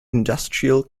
industrial